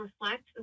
reflect